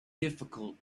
difficult